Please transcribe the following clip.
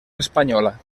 espanyola